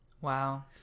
Wow